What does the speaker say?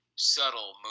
subtle